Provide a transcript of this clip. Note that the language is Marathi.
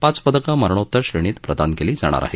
पाच पदकं मरणोतर श्रेणीत प्रदान केली जाणार आहेत